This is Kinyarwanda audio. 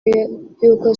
y’uko